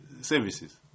services